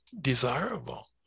desirable